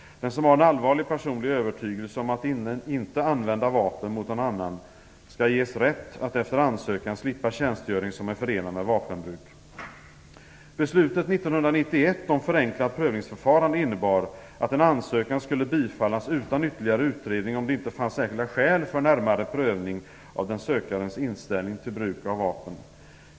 Den som har en allvarlig personlig övertygelse om att inte använda vapen mot någon annan skall ges rätt att efter ansökan slippa tjänstgöring som är förenad med vapenbruk. Beslutet 1991 om förenklat prövningsförfarande innebar att en ansökan skulle bifallas utan ytterligare utredning om det inte fanns särskilda skäl för närmare prövning av den sökandes inställning till bruk av vapen.